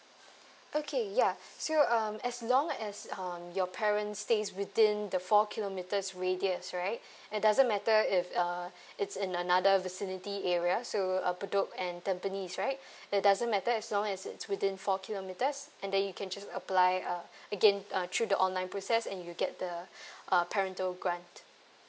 okay ya so um as long as um your parents stays within the four kilometres radius right it doesn't matter if uh it's in another vicinity area so uh bedok and tampines right it doesn't matter as long as it's within four kilometres and then you can just apply uh again uh through the online process and you'll get the uh parental grant